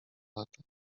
lata